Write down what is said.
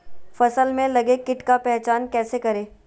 फ़सल में लगे किट का पहचान कैसे करे?